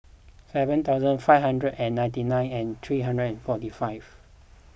seven thousand five hundred and ninety nine and three hundred and forty five